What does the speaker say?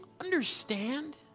understand